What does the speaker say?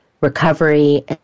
recovery